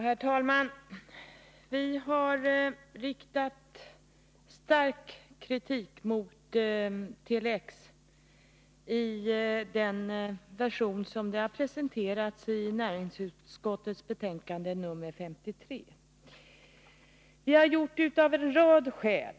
Herr talman! Vi har riktat stark kritik mot Tele-X i den version som projektet har presenterats i i näringsutskottets betänkande nr 53, och detta av en rad skäl.